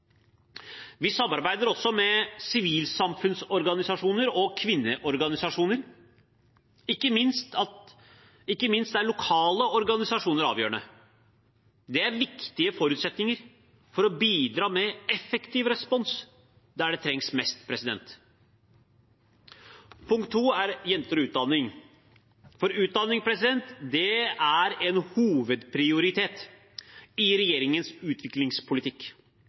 Vi samarbeider også med sivilsamfunnsorganisasjoner og kvinneorganisasjoner. Ikke minst er lokale organisasjoner avgjørende. Det er viktige forutsetninger for å bidra med effektiv respons der det trengs mest. Punkt 2 er jenter og utdanning. Utdanning er en hovedprioritet i regjeringens utviklingspolitikk.